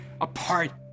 apart